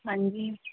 ਹਾਂਜੀ